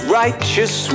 righteous